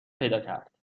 پیداکرد